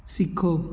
ਸਿੱਖੋ